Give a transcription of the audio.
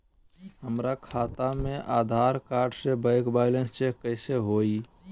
हमरा खाता में आधार कार्ड से बैंक बैलेंस चेक कैसे हुई?